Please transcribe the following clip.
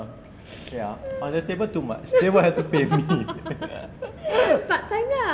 ya on the table too much they will have to pay me